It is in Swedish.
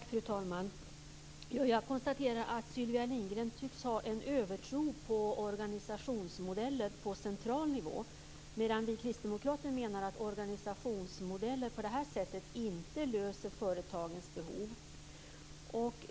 Fru talman! Jag konstaterar att Sylvia Lindgren tycks ha en övertro på organisationsmodeller på central nivå, medan vi kristdemokrater menar att organisationsmodeller på det här sättet inte löser företagens behov.